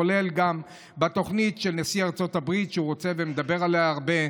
כולל בתוכנית שנשיא ארצות הברית רוצה ומדבר עליה הרבה,